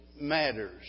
matters